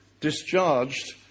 discharged